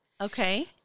Okay